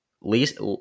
least